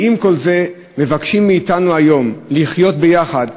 ועם כל זה, מבקשים מאתנו היום לחיות ביחד.